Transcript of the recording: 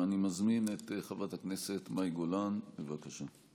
אני מזמין את חברת הכנסת מאי גולן, בבקשה.